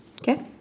okay